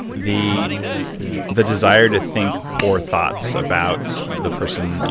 the the desire to think poor thoughts about the person,